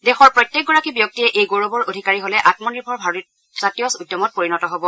দেশৰ প্ৰত্যেকগৰাকী ব্যক্তিয়ে এই গৌৰৱৰ অধিকাৰী হ'লে আম্মনিৰ্ভৰ ভাৰত জাতীয় উদ্যমত পৰিণত হ'ব